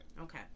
Okay